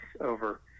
over